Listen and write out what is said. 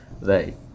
Right